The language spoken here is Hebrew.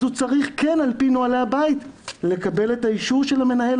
אז הוא צריך כן על פי נוהלי הבית לקבל את האישור של המנהל.